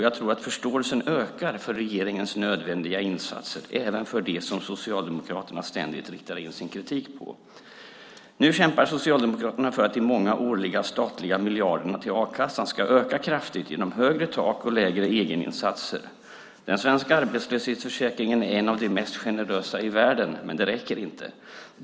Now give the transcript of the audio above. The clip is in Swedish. Jag tror att förståelsen ökar för regeringens nödvändiga insatser, även för det som Socialdemokraterna ständigt riktar in sin kritik på. Nu kämpar Socialdemokraterna för att de många årliga statliga miljarderna till a-kassan ska öka kraftigt med hjälp av högre tak och lägre egeninsatser. Den svenska arbetslöshetsförsäkringen är en av de mest generösa i världen, men den räcker inte.